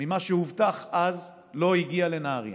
ממה שהובטח אז לא הגיע לנהריה.